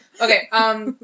Okay